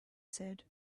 said